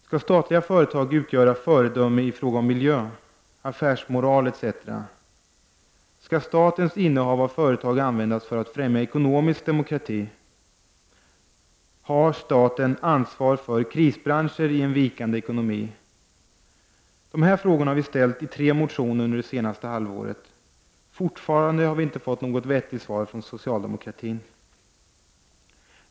Skall statliga företag utgöra ett föredöme i fråga om miljö, affärsmoral, etc? Skall statens innehav av företag användas för att främja ekonomisk demokrati? Har staten ansvar för krisbranscher i en vikande ekonomi? Dessa frågor har vi ställt i tre motioner under det senaste halvåret. Fortfarande har vi inte fått något vettigt svar från socialdemokratin.